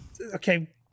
okay